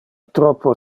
troppo